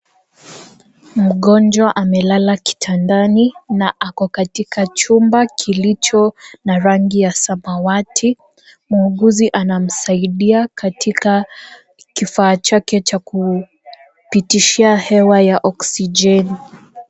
Mgonjwa amelala kitandani na ako katika chumba kilicho na rangi ya samawati, muuguzi anamsaidia katika kifaa chake cha kupitishi hewa ya oksijeni.